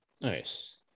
Nice